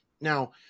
Now